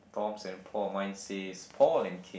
Toms and Paul mine says Paul and Kim